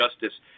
justice